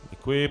Děkuji.